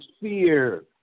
fear